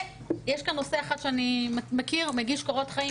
יש כאן נושא אחד שאני מכיר, מגיש קורות חיים.